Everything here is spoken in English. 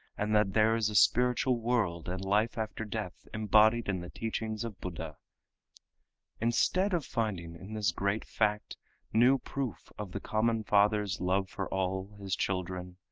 and that there is a spiritual world and life after death embodied in the teachings of buddha instead of finding in this great fact new proof of the common father's love for all his children,